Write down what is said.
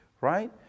right